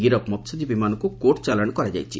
ଗିରଫ ମହ୍ୟଜୀବୀଙ୍କୁ କୋର୍ଟ ଚାଲାଶ କରାଯାଇଛି